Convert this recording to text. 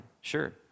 sure